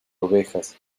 ovejas